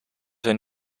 zijn